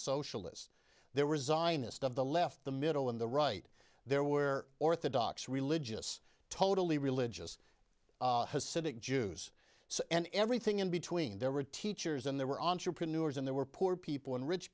socialists there was the left the middle and the right there were orthodox religious totally religious hasidic jews and everything in between there were teachers and there were entrepreneurs and there were poor people and rich